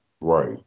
Right